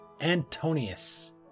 Antonius